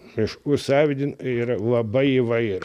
miškų savinin yra labai įvair